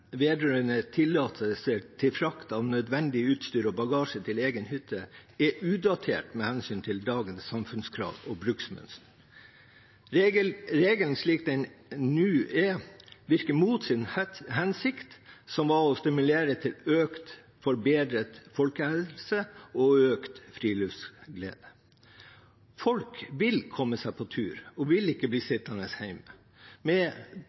vedrørende tillatelse til frakt av nødvendig utstyr og bagasje til egen hytte er utdatert med hensyn til dagens samfunnskrav og bruksmønster. Regelen slik den er nå, virker mot sin hensikt, som var å stimulere til forbedret folkehelse og økt friluftsglede. Folk vil komme seg på tur og ikke bli sittende hjemme. Med